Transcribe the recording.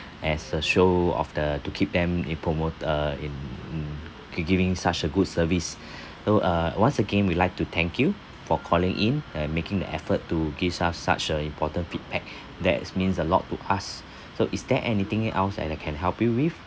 as a show of the the to keep them and promote uh in in giving such a good service so uh once again we'd like to thank you for calling in uh making the effort to give us such a important feedback that means a lot to us so is there anything else that I can help you with